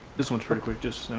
this one's pretty quick just